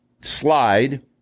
slide